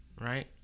right